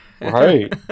Right